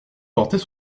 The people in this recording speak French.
portait